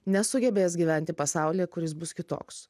nesugebės gyventi pasaulyje kuris bus kitoks